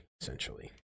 essentially